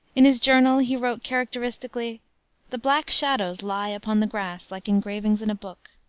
in his journal he wrote characteristically the black shadows lie upon the grass like engravings in a book.